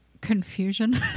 Confusion